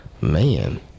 Man